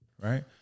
Right